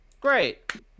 Great